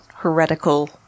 heretical